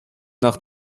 nach